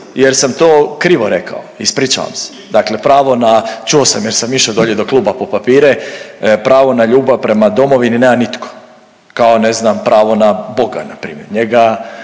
jer sam to krivo rekao, ispričavam se, dakle pravo na čuo sam jer sam išao do kluba po papire, pravo na ljubav prema domovini nema nitko, kao ne znam pravo na Bog na primjer, njega